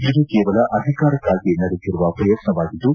ಇದು ಕೇವಲ ಅಧಿಕಾರಕ್ಕಾಗಿ ನಡೆಸಿರುವ ಪ್ರಯತ್ನವಾಗಿದ್ದು